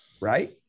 right